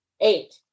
eight